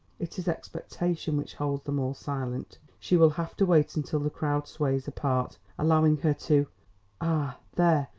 it is expectation which holds them all silent. she will have to wait until the crowd sways apart, allowing her to ah, there,